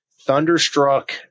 Thunderstruck